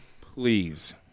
please